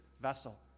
vessel